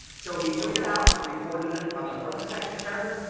so, he took it out, reported it on the front of his tax return.